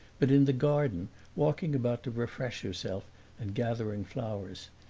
but in the garden walking about to refresh herself and gathering flowers.